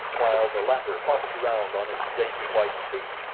while the latter hopped around on its dainty white feet,